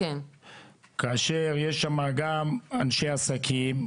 כאשר יש שם גם אנשי עסקים,